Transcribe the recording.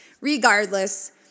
regardless